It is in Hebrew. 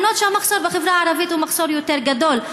אם כי המחסור בחברה הערבית הוא יותר גדול.